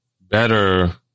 better